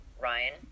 Ryan